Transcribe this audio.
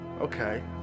Okay